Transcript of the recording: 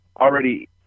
already